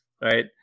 Right